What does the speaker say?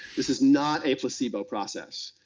this is not a placebo process,